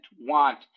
want